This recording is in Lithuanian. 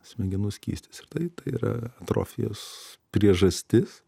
smegenų skystis ir taip tai yra atrofijos priežastis